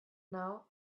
now